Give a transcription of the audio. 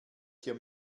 hier